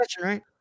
Right